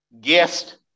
guest